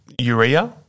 urea